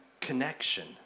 connection